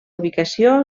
ubicació